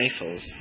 rifles